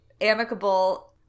amicable